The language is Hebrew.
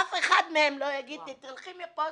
ואף אחד מהם לא יגיד לי ללכת מפה.